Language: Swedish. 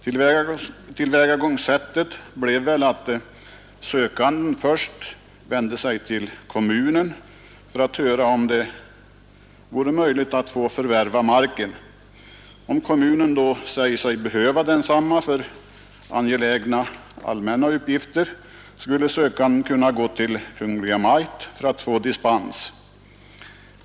Tillvägagångssättet bleve väl att sökanden först vände sig till kommunen för att höra om det vore möjligt att få förvärva mark. Om kommunen då sade sig behöva densamma för angelägna allmänna uppgifter, skulle sökanden kunna gå till Kungl. Maj:t för att få dispens.